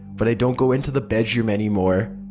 but i don't go into the bedroom anymore.